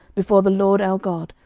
before the lord our god,